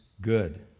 good